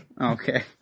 Okay